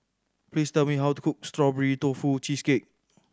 please tell me how to cook Strawberry Tofu Cheesecake